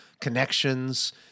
connections